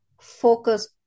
focus